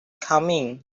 coming